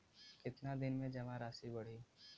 कितना दिन में जमा राशि बढ़ी?